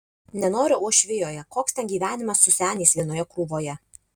nenoriu uošvijoje koks ten gyvenimas su seniais vienoje krūvoje